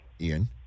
ian